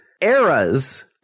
eras